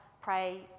pray